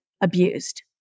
abused